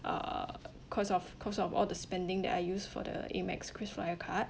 uh because of because of all the spending that I used for the amex krisflyer card